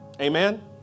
Amen